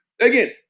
Again